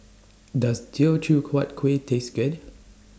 Does Teochew Huat Kueh Taste Good